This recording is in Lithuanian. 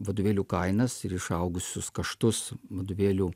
vadovėlių kainas ir išaugusius kaštus vadovėlių